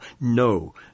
No